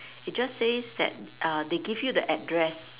it just says that uh they give you the address